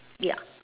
ya